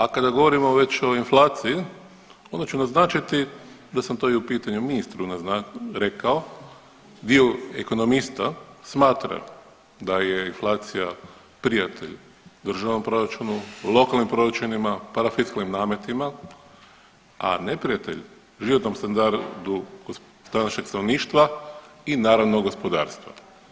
A kada govorimo već o inflaciji onda ću naznačiti da sam to i u pitanju ministru rekao, dio ekonomista smatra da je inflacija prijatelj državnom proračunu, lokalnim proračunima, parafiskalnim nametima, a neprijatelj životnom standardu današnjeg stanovništva i naravno gospodarstva.